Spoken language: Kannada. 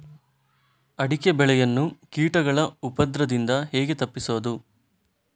ಅಡಿಕೆ ಬೆಳೆಯನ್ನು ಕೀಟಗಳ ಉಪದ್ರದಿಂದ ಹೇಗೆ ತಪ್ಪಿಸೋದು?